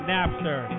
Napster